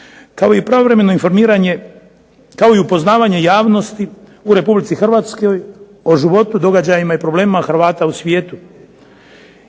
u Republici Hrvatskoj. Kao i upoznavanje javnosti u Republici Hrvatskoj o životu, događajima i problemima Hrvata u svijetu.